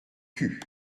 cul